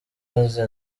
maze